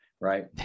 right